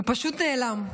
הוא פשוט נעלם.